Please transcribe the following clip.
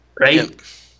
right